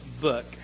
book